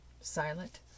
silent